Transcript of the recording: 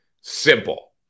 Simple